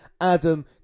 Adam